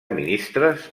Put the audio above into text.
ministres